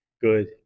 Good